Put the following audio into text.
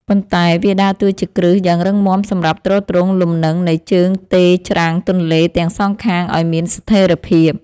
ប៉ុន្តែវាដើរតួជាគ្រឹះយ៉ាងរឹងមាំសម្រាប់ទ្រទ្រង់លំនឹងនៃជើងទេរច្រាំងទន្លេទាំងសងខាងឱ្យមានស្ថិរភាព។